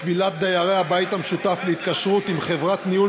כבילת דיירי הבית המשותף להתקשרות עם חברת ניהול